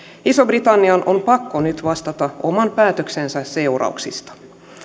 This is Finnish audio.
ison britannian on on pakko nyt vastata oman päätöksensä seurauksista